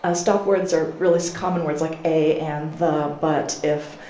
ah stop words are really common words like a and the, but, if.